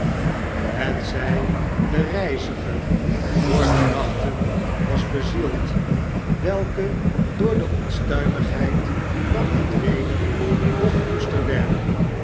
hetzij de reiziger door gedachten was bezield welke door de onsiaimigheid van het weder nog woester werden